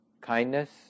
kindness